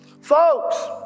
Folks